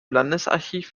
landesarchiv